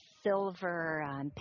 silver